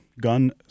gun